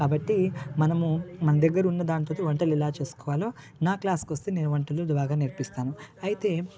కాబట్టి మనము మన దగ్గర ఉన్నదాంతోటి వంటలు ఎలా చేసుకోవాలో నా క్లాస్ కొస్తే నేను వంటలు బాగా నేర్పిస్తాను అయితే